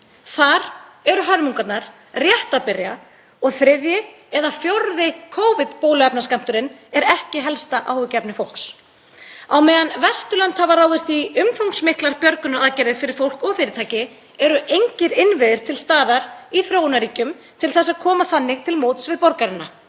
Þar eru hörmungarnar rétt að byrja og þriðji eða fjórði Covid-bóluefnaskammturinn er ekki helsta áhyggjuefni fólks. Á meðan Vesturlönd hafa ráðist í umfangsmiklar björgunaraðgerðir fyrir fólk og fyrirtæki eru engir innviðir til staðar í þróunarríkjum til að koma þannig til móts við borgarana.